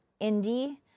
indie